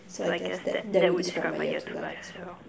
so I guess that that would describe my year two life as well